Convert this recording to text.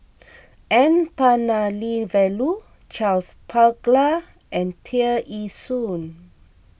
N Palanivelu Charles Paglar and Tear Ee Soon